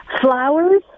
Flowers